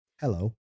hello